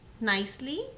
nicely